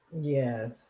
Yes